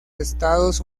estados